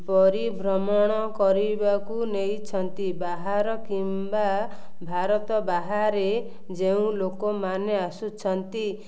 ପରିଭ୍ରମଣ କରିବାକୁ ନେଇଛନ୍ତି ବାହାର କିମ୍ବା ଭାରତ ବାହାରେ ଯେଉଁ ଲୋକମାନେ ଆସୁଛନ୍ତି